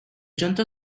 junta